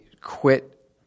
quit